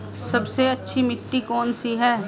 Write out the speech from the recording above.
सबसे अच्छी मिट्टी कौन सी है?